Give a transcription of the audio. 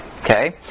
Okay